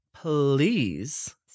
please